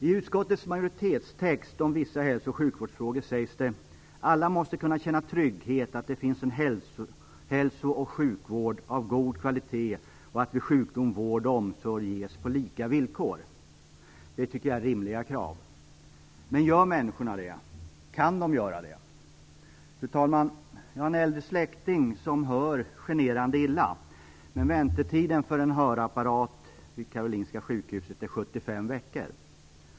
I utskottets majoritetstext om vissa hälso och sjukvårdsfrågor sägs det: "Alla måste kunna känna trygghet att det finns en hälso och sjukvård av god kvalitet och att vid sjukdom vård och omsorg ges på lika villkor." Det tycker jag är rimliga krav. Men gör människorna det? Kan de göra det? Fru talman! Jag har en äldre släkting som hör generande illa. Men väntetiden vid Karolinska sjukhuset för att få en hörapparat är 75 veckor.